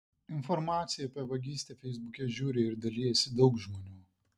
informaciją apie vagystę feisbuke žiūri ir dalijasi daug žmonių